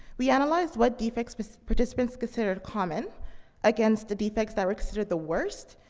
we analyzed what defects but sp participants considered common against the defects that were considered the worst,